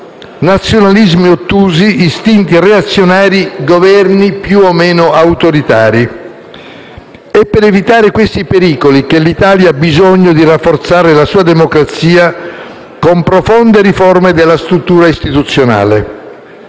nazionalismi ottusi, istinti reazionari, Governi più o meno autoritari. È per evitare questi pericoli che l'Italia ha bisogno di rafforzare la sua democrazia con profonde riforme della struttura istituzionale.